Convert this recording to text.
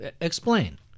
Explain